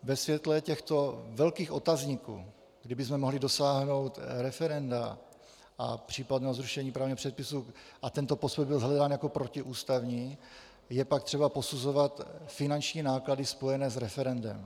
Ve světle těchto velkých otazníků, kdybychom mohli dosáhnout referenda a případného zrušení právního předpisu a tento posudek by byl shledán jako protiústavní, je pak třeba posuzovat finanční náklady spojené s referendem.